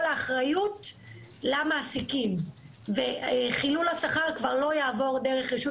האחריות למעסיקים וחילול השכר כבר לא יעבור דרך רשות